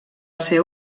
ser